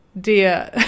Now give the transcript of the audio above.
Dear